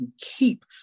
keep